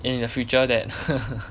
in the future that